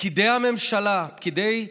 פקידי הממשלה, פקידי המדינה,